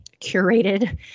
curated